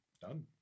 done